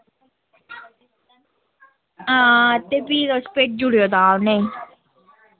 हां ते फिर भेजी ओड़ेओ तां उ'नेंगी